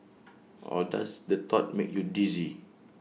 or does the thought make you dizzy